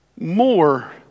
more